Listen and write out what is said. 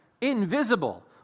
invisible